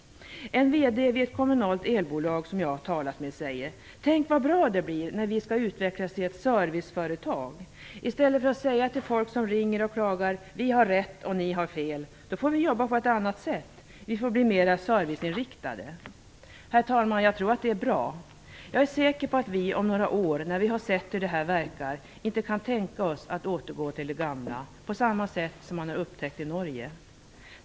En VD vid ett kommunalt elbolag som jag har talat med säger: Tänk vad bra det blir när vi skall utvecklas till ett serviceföretag. I stället för att säga till folk som ringer och klagar att vi har rätt och de har fel får vi jobba på ett annat sätt; vi får bli mer serviceinriktade. Herr talman! Jag tror att det här blir bra. Jag är säker på att vi om några år, när vi har sett hur det här verkar, inte kan tänka oss att återgå till det gamla, på samma sätt som man har upptäckt i Norge.